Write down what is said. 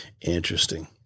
Interesting